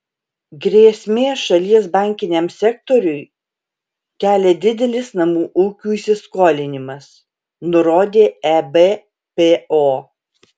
grėsmės šalies bankiniam sektoriui kelia didelis namų ūkių įsiskolinimas nurodė ebpo